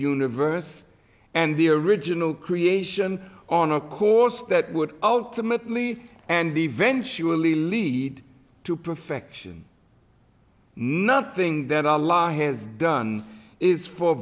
universe and the original creation on a course that would ultimately and eventually lead to perfection nothing that our law has done is for